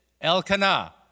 Elkanah